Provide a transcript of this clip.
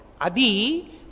Adi